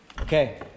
Okay